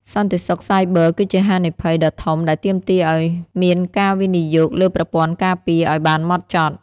សន្តិសុខសាយប័រគឺជាហានិភ័យដ៏ធំដែលទាមទារឱ្យមានការវិនិយោគលើប្រព័ន្ធការពារឱ្យបានហ្មត់ចត់។